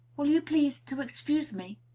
will you please to excuse me?